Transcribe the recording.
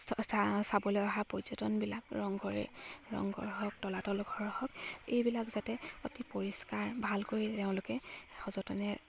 চাবলৈ অহা পৰ্যটনবিলাক ৰংঘৰে ৰংঘৰ হওক তলাতল ঘৰ হওক এইবিলাক যাতে অতি পৰিষ্কাৰ ভালকৈ তেওঁলোকে সযতনে